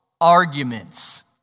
arguments